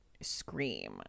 scream